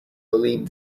helene